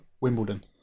Wimbledon